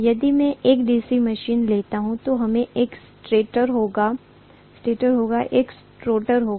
यदि मैं एक डीसी मशीन लेता हूं तो हमेशा एक स्टेटर होगा और एक रोटर होगा